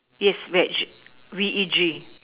yes veg V E G